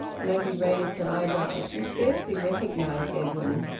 maggie raised her eyebrows. she scarcely recognised edwin.